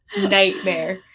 nightmare